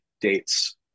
dates